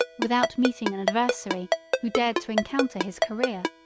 without meeting an adversary who dared to encounter his career.